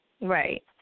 Right